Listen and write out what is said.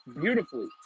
beautifully